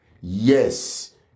yes